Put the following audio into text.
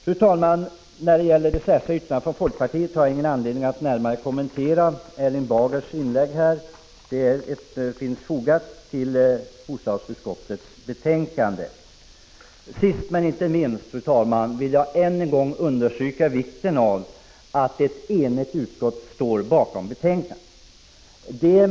Jag har ingen anledning att kommentera Erling Bagers inlägg eller folkpartiets särskilda yttrande. Det särskilda yttrandet finns fogat till bostadsutskottets betänkande. Sist men inte minst, vill jag än en gång understryka vikten av att ett enigt utskott står bakom betänkandet.